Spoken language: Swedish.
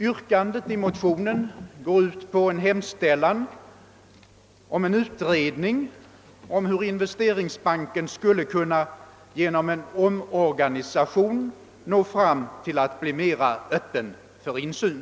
Yrkandet i motionen går ut på en hemställan om en utredning om hur Investeringsbanken genom en omorganisation skulle kunna bli mera öppen för insyn.